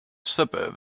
suburb